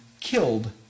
killed